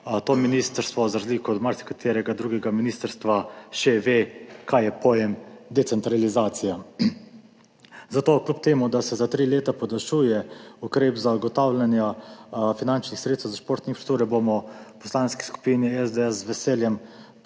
to ministrstvo za razliko od marsikaterega drugega ministrstva še ve, kaj je pojem decentralizacija. Zato bomo kljub temu, da se za tri leta podaljšuje ukrep zagotavljanja finančnih sredstev za športno infrastrukturo, v Poslanski skupini SDS z veseljem podprli